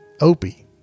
Opie